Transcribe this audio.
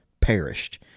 perished